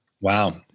Wow